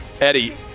eddie